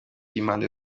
y’impande